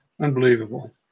unbelievable